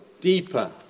deeper